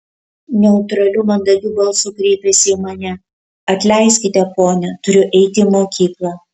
neutraliu mandagiu balsu kreipėsi į mane atleiskite ponia turiu eiti į mokyklą